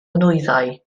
nwyddau